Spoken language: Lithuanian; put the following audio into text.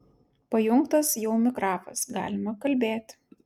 pajungtas jau mikrafas galima kalbėti